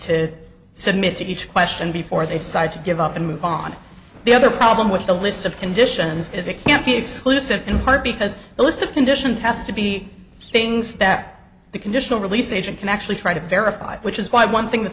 to submit to each question before they decide to give up and move on the other problem with the list of conditions as it can't be exclusive in part because the list of conditions has to be things that the conditional release agent can actually try to verify which is why one thing that